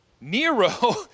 Nero